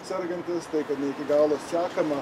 sergantis tai kad ne iki galo sekama